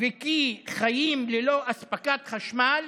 וכי חיים ללא אספקת חשמל